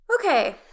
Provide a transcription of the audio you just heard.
Okay